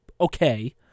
okay